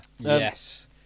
Yes